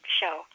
show